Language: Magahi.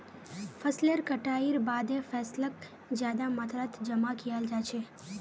फसलेर कटाईर बादे फैसलक ज्यादा मात्रात जमा कियाल जा छे